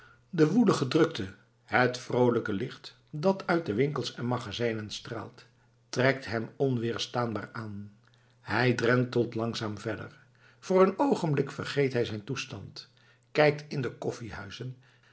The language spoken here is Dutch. de woelige drukte het vroolijke licht dat uit de winkels en magazijnen straalt trekt hem onweerstaanbaar aan hij drentelt langzaam verder voor een oogenblik vergeet hij zijn toestand kijkt in de